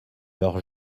leurs